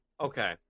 okay